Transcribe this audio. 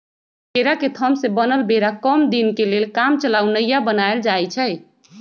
केरा के थम से बनल बेरा कम दीनके लेल कामचलाउ नइया बनाएल जाइछइ